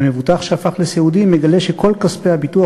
והמבוטח שהפך לסיעודי מגלה שכל כספי הביטוח